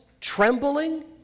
trembling